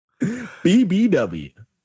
BBW